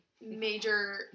major